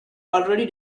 already